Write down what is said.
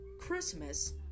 Christmas